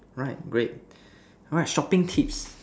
right great alright shopping tips